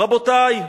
רבותי,